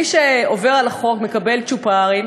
מי שעובר על החוק מקבל צ'ופרים,